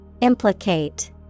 Implicate